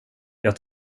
jag